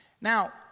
Now